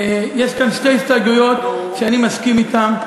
יש כאן שתי הסתייגויות שאני מסכים אתן,